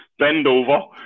Bendover